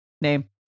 name